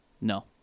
no